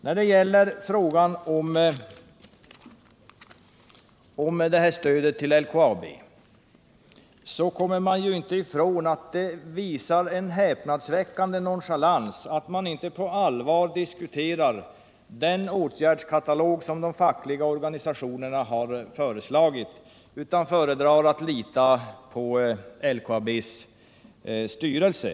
När det gäller frågan om stödet till LKAB kommer vi inte ifrån att det visar en häpnadsväckande nonchalans att man inte på allvar diskuterar den åtgärdskatalog som de fackliga organisationerna har föreslagit, utan föredrar att lita på LKAB:s styrelse.